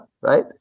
Right